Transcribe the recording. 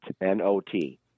N-O-T